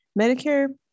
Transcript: Medicare